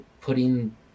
putting